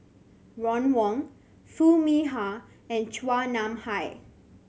Ron Wong Foo Mee Har and Chua Nam Hai